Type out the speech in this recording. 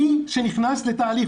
מי שנכנס לתהליך,